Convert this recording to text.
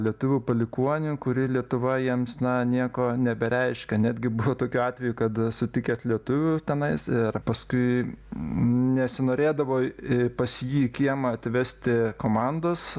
lietuvių palikuonių kuri lietuva jiems na nieko nebereiškia netgi buvo tokių atvejų kad sutikęs lietuvių tenais ir paskui nesinorėdavo pas jį į kiemą atvesti komandos